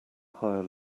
higher